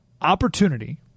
opportunity